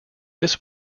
this